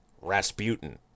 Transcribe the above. Rasputin